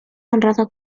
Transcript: honrado